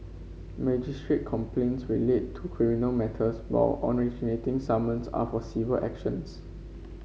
magistrate's complaints relate to criminal matters while originating summons are for civil actions